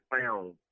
found